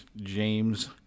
James